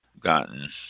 gotten